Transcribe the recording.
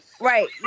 Right